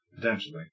Potentially